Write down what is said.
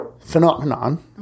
phenomenon